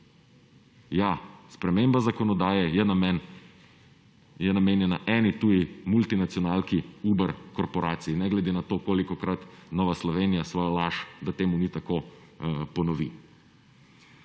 Ja, sprememba zakonodaje je namenjena eni tuji multinacionalki Uber korporacij ne glede na to kolikokrat Nova Slovenija svojo laž, da temu ni tako, ponovi.